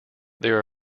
there